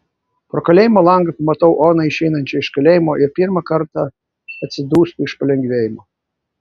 pro kalėjimo langą pamatau oną išeinančią iš kalėjimo ir pirmą kartą atsidūstu iš palengvėjimo